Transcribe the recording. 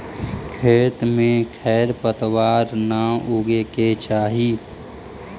खेत में खेर पतवार न उगे के चाही